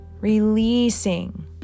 releasing